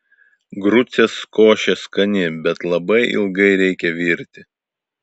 grucės košė skani bet labai ilgai reikia virti